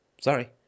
Sorry